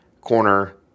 corner